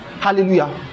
Hallelujah